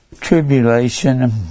tribulation